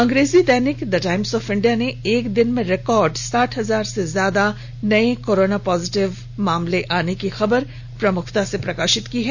अंग्रेजी दैनिक the Times of India ने एक दिन में रिकॉर्ड साठ हजार से ज्यादा नए कोरोना पॉजिटव मामले आने की खबर को प्रमुखता से प्रकाशित किया है